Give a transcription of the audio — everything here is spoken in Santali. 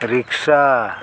ᱨᱤᱠᱥᱟ